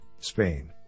Spain